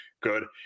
good